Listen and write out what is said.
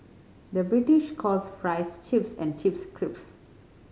the British calls fries chips and chips crisps